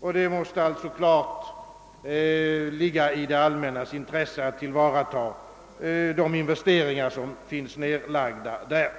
och det måste klart ligga i det allmännas intresse att tillvarata de investeringar som finns nedlagda där.